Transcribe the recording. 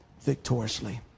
victoriously